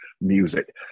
music